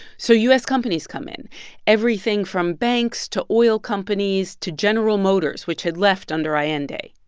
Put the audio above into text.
so u s. companies come in everything from banks to oil companies to general motors, which had left under allende.